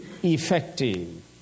effective